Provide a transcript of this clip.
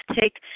take